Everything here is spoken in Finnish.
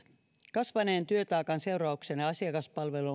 kasvaneen työtaakan seurauksena asiakaspalveluun